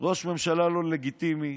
ראש ממשלה לא לגיטימי,